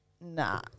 nah